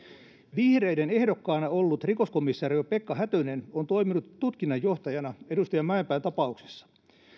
vihreiden ehdokkaana ollut rikoskomisario pekka hätönen on toiminut tutkinnanjohtajana edustaja mäenpään tapauksessa